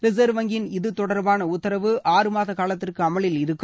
reserve வங்கியின் இது தொடர்பான உத்தரவு ஆறு மாத காலத்திற்கு அமலில் இருக்கும்